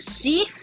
See